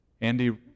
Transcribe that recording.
Andy